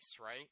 right